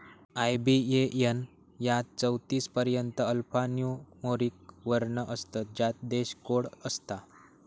IBAN यात चौतीस पर्यंत अल्फान्यूमोरिक वर्ण असतत ज्यात देश कोड असता